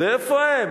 תבקש שיכינו.